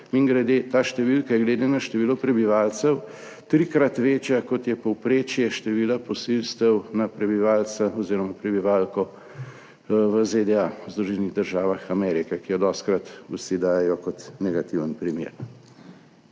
ta številka je glede na število prebivalcev trikrat večja, kot je povprečje števila posilstev na prebivalca oziroma prebivalko v ZDA. v Združenih državah Amerike, ki jo dostikrat vsi dajejo kot negativen primer.